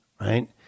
right